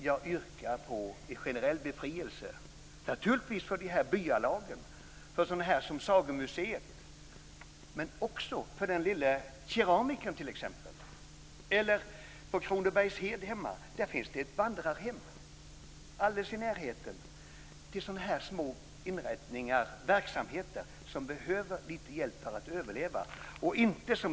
Jag yrkar på en generell befrielse, naturligtvis för de här byalagen, sådana som Sagomuseet, men också för t.ex. den lille keramikern och för det vandrarhem på Kronobergs hed som finns i närheten hemma. Det är sådana små inrättningar och verksamheter som behöver lite hjälp för att överleva, inte tvärtom.